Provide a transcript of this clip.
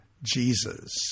Jesus